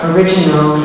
Original